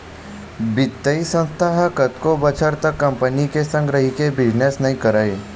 बित्तीय संस्था ह कतको बछर तक कंपी के संग रहिके बिजनेस नइ करय